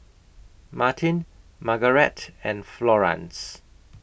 Martin Margarete and Florance